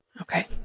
Okay